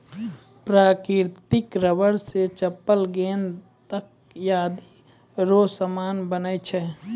प्राकृतिक रबर से चप्पल गेंद तकयादी रो समान बनै छै